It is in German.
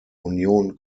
union